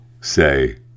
say